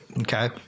okay